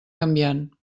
canviant